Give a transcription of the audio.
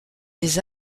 des